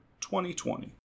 2020